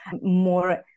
more